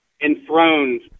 enthroned